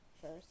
first